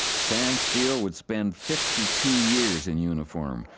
sam steele would spend fifty two years in uniform,